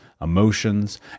emotions